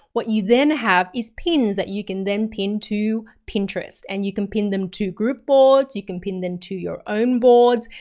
what you then have is pins that you can then pin to pinterest and you can pin them to group boards, you can pin them to your own boards,